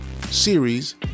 series